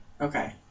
Okay